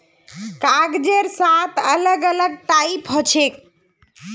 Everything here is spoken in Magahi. कागजेर सात अलग अलग टाइप हछेक